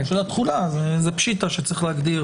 הקושי לפעמים זה שבדרך כלל התפיסה המקובלת שלנו